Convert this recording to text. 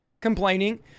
Complaining